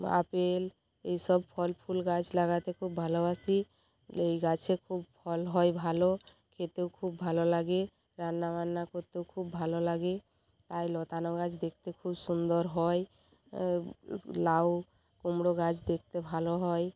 বা আপেল এই সব ফল ফুল গাছ লাগাতে খুব ভালোবাসি এই গাছে খুব ফল হয় ভালো খেতেও খুব ভালো লাগে রান্নাবান্না করতেও খুব ভালো লাগে আর লতানো গাছ দেখতে খুব সুন্দর হয় লাউ কুমড়ো গাছ দেখতে ভালো হয়